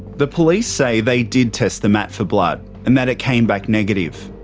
the police say they did test the mat for blood and that it came back negative.